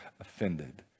offended